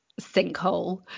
sinkhole